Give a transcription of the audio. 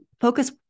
focus